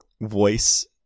voice